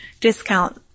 discount